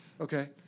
Okay